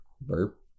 burp